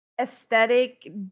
aesthetic